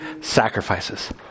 sacrifices